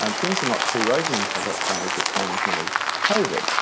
and things are not too rosy in kazakhstan with its management of covid.